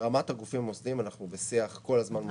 ברמת הגופים המוסדיים אנחנו בשיח כל הזמן מולם.